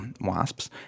wasps